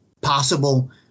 possible